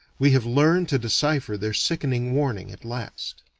we have learned to decipher their sickening warning at last.